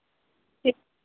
ٹھیک